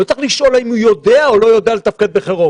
לא צריך לשאול האם הוא יודע או לא יודע לתפקד בחירום.